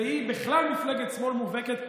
והיא בכלל מפלגת שמאל מובהקת,